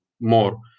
more